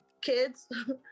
kids